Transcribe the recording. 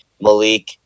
Malik